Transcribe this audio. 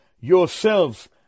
yourselves